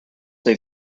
they